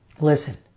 Listen